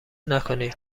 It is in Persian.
نکنید